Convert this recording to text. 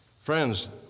Friends